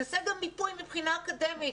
לעשות מיפוי מבחינה אקדמית,